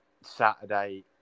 Saturday